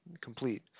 complete